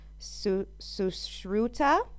Sushruta